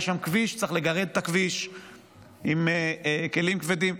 יש שם כביש, צריך לגרד את הכביש עם כלים כבדים.